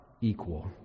equal